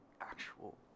actual